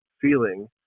feeling